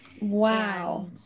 Wow